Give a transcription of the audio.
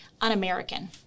un-American